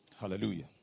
hallelujah